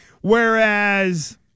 Whereas